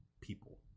people